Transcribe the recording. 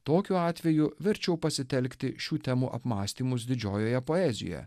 tokiu atveju verčiau pasitelkti šių temų apmąstymus didžiojoje poezijoe